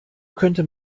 könnte